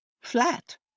flat